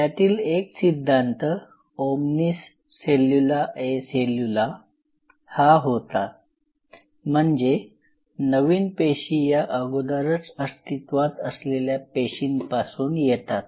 त्यातील एक सिद्धांत "ओमनिस सेल्युला ए सेल्युला" "omnis cellula e cellula" हा होता म्हणजे नवीन पेशी या अगोदरच अस्तित्वात असलेल्या पेशींपासून येतात